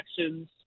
actions